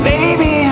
Baby